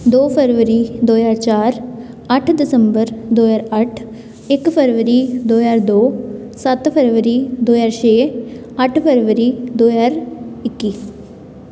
ਦੋ ਫਰਵਰੀ ਦੋ ਹਜ਼ਾਰ ਚਾਰ ਅੱਠ ਦਸੰਬਰ ਦੋ ਹਜ਼ਾਰ ਅੱਠ ਇੱਕ ਫਰਵਰੀ ਦੋ ਹਜ਼ਾਰ ਦੋ ਸੱਤ ਫਰਵਰੀ ਦੋ ਹਜ਼ਾਰ ਛੇ ਅੱਠ ਫਰਵਰੀ ਦੋ ਹਜ਼ਾਰ ਇੱਕੀ